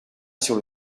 sur